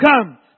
come